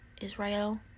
Israel